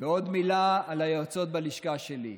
הילה צור, עוד מילה על היועצות בלשכה שלי,